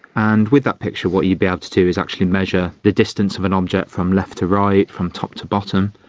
and with that picture what you'd be able to do is actually measure the distance of an object from left to right, from top to bottom.